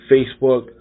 Facebook